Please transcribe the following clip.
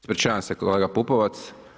Ispričavam se kolega Pupovac.